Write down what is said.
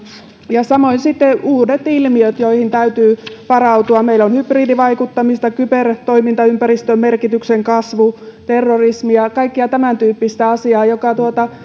samoin sitten uudet ilmiöt joihin täytyy varautua meillä on hybridivaikuttamista kybertoimintaympäristön merkityksen kasvua terrorismia kaikkea tämäntyyppistä asiaa joka